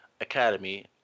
Academy